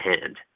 hand